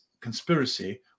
conspiracy